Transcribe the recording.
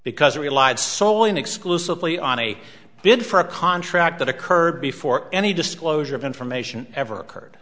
because i relied solely and exclusively on a bid for a contract that occurred before any disclosure of information ever occurred